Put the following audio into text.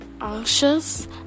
anxious